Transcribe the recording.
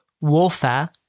warfare